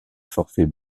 forfaits